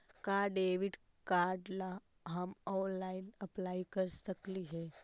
का debit card ला हम ऑनलाइन अप्लाई कर सकली हे?